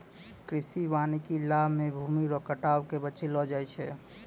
कृषि वानिकी लाभ मे भूमी रो कटाव के बचैलो जाय छै